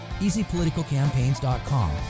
EasyPoliticalCampaigns.com